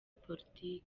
politiki